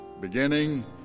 beginning